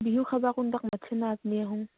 বিহু খাবা কোনবাক মাতছেনে আত্মিয়হঁত